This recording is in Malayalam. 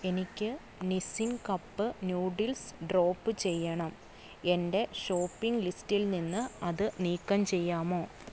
എനിക്ക് നിസ്സിൻ കപ്പ് നൂഡിൽസ് ഡ്രോപ്പ് ചെയ്യണം എന്റെ ഷോപ്പിംഗ് ലിസ്റ്റിൽ നിന്ന് അത് നീക്കം ചെയ്യാമോ